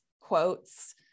quotes